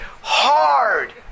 hard